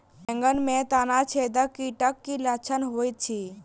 बैंगन मे तना छेदक कीटक की लक्षण होइत अछि?